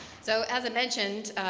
so as i mentioned,